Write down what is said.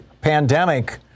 pandemic